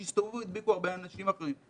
שהסתובבו והדביקו הרבה אנשים אחרים.